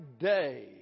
day